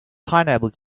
pineapple